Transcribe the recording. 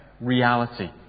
Reality